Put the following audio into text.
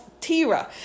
Tira